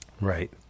right